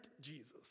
Jesus